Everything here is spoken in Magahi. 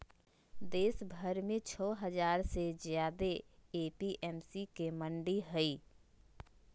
देशभर में छो हजार से ज्यादे ए.पी.एम.सी के मंडि हई